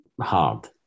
hard